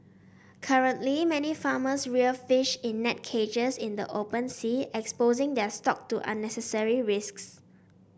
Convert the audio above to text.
currently many farmers rear fish in net cages in the open sea exposing their stock to unnecessary risks